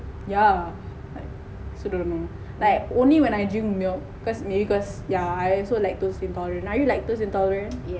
yeah like I also don't know like only when I drink milk cause maybe because yeah also lactose intolerance are you lactose intolerance